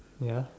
ya